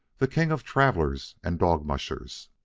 the king of travelers and dog-mushers.